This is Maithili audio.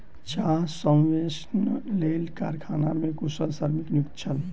चाह संवेष्टनक लेल कारखाना मे कुशल श्रमिक नियुक्त छल